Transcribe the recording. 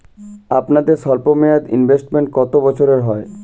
আপনাদের স্বল্পমেয়াদে ইনভেস্টমেন্ট কতো বছরের হয়?